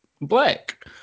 black